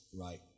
right